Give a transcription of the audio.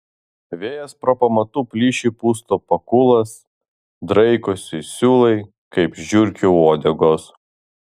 vėjas pro pamatų plyšį pusto pakulas draikosi siūlai kaip žiurkių uodegos